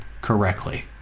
correctly